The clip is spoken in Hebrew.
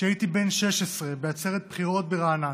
כשהייתי בן 16, בעצרת בחירות ברעננה.